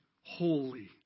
holy